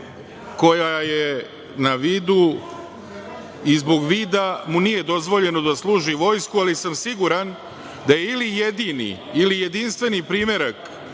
koja je u vezi vida. Zbog vida mu nije dozvoljeno da služi vojsku, ali sam siguran da je ili jedini ili jedinstveni primerak